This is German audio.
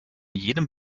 jedem